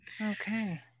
Okay